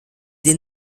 des